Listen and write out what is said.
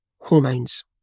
hormones